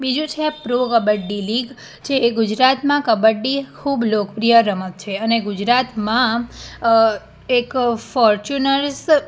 બીજું છે pro kabaddi league છે એ ગુજરાતમાં કબડ્ડી ખૂબ લોકપ્રિય રમત છે અને ગુજરાતમાં એક ફોરચુનર્સ